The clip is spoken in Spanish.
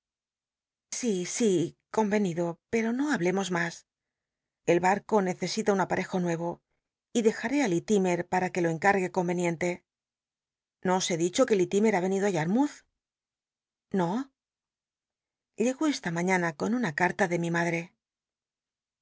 sí sí convenido pero no hablemos mas el barco necesita un aparejo nuevo y dejaré á ti para que lo encargue conwnicnte no os he dicho que liltimcr ha venido á al'lnouth no llegó esta mañana con una carla ele mi madre